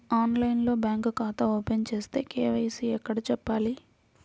ఆన్లైన్లో బ్యాంకు ఖాతా ఓపెన్ చేస్తే, కే.వై.సి ఎక్కడ చెప్పాలి?